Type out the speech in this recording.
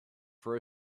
for